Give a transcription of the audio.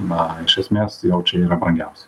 na iš esmės jau čia yra brangiausi